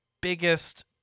biggest